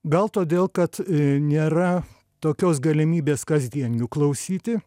gal todėl kad nėra tokios galimybės kasdien jų klausyti